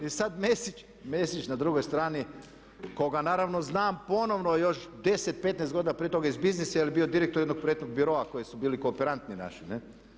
I sad Mesić na drugoj strani koga naravno znam ponovno još 10, 15 godina prije toga iz biznisa, jer je bio direktor jednog projektnog biroa koji su bili kooperanti naši.